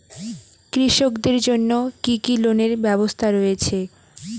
কৃষকদের জন্য কি কি লোনের ব্যবস্থা রয়েছে?